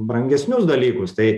brangesnius dalykus tai